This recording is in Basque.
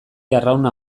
arrauna